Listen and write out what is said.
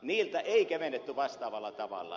niiltä ei kevennetty vastaavalla tavalla